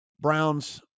Browns